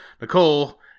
Nicole